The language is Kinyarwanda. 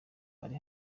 ari